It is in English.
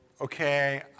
okay